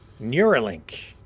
Neuralink